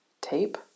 tape